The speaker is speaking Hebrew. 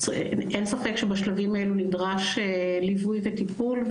אין ספק שבשלבים האלו נדרש ליווי וטיפול.